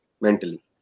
mentally